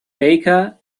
baker